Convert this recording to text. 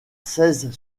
seize